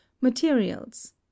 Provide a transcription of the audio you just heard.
materials